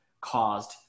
caused